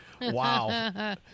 Wow